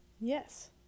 Yes